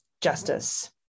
justice